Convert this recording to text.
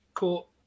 Cool